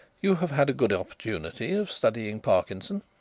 you have had a good opportunity of studying parkinson.